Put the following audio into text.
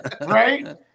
Right